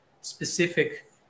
specific